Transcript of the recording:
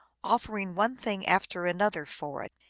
offering one thing after another for it,